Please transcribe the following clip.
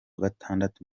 gatandatu